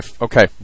Okay